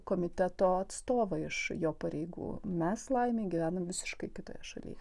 komiteto atstovą iš jo pareigų mes laimei gyvenam visiškai kitoje šalyje